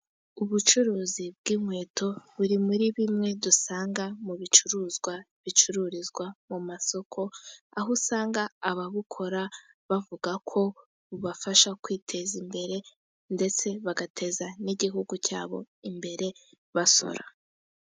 Ubucuruzi bw'inkweto, buri muri bimwe dusanga mu bicuruzwa bicururizwa mu masoko, aho usanga ababukora bavuga ko bubafasha kwiteza imbere, ndetse bagateza n'igihugu cyabo imbere basora.